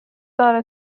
داره